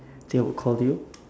actually I would call you